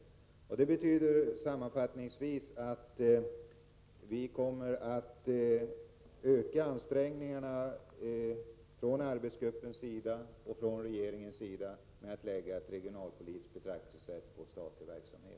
Sammanfattningsvis betyder detta att såväl arbetsgruppens som regeringens ansträngningar på den statliga verksamhetens område kommer att ökas när det gäller att anlägga ett regionalpolitiskt betraktelsesätt.